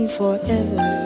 forever